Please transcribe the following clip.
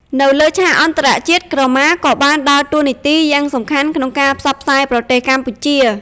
នៅលើឆាកអន្តរជាតិ ក្រមាក៏បានដើរតួនាទីយ៉ាងសំខាន់ក្នុងការផ្សព្វផ្សាយប្រទេសកម្ពុជា។